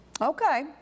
Okay